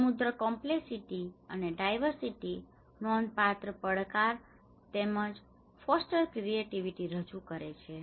સમૃદ્ધ કોમ્પ્લેક્સિટી અને ડાઇવર્સીટી નોંધપાત્ર પડકાર તેમજ ફોસ્ટર ક્રિએટિવિટી રજૂ કરે છે